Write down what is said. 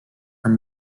are